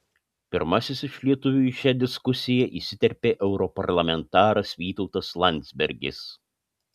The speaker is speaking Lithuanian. pirmasis iš lietuvių į šią diskusiją įsiterpė europarlamentaras vytautas landsbergis